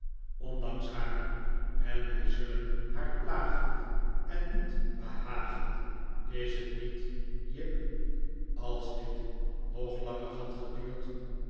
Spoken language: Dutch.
ondanks haar en wij zullen haar plagen en niet behagen is t niet jip als dit nog langer had geduurd